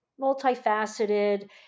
multifaceted